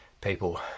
people